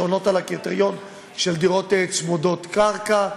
שעונות על הקריטריון של דירות צמודות קרקע.